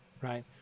right